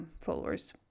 followers